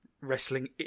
wrestling